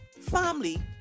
family